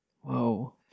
Whoa